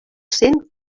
cent